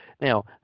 Now